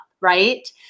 right